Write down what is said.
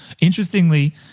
Interestingly